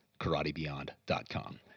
KarateBeyond.com